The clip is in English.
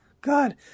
God